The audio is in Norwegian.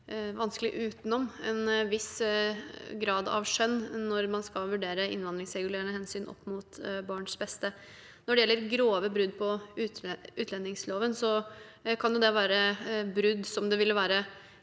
vanskelig utenom en viss grad av skjønn når man skal vurdere innvandringsregulerende hensyn opp mot barns beste. Når det gjelder «grove brudd på utlendingsloven», kan det være brudd som det helt klart